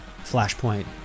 Flashpoint